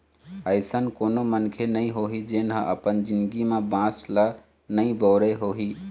अइसन कोनो मनखे नइ होही जेन ह अपन जिनगी म बांस ल नइ बउरे होही